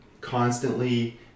constantly